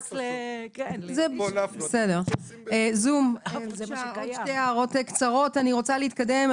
עוד שתי הערות קצרות, אני רוצה להתקדם.